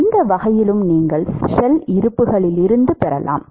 எந்த வகையிலும் நீங்கள் ஷெல் இருப்புகளிலிருந்து பெறலாம்